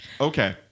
okay